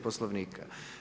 Poslovnika.